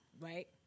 Right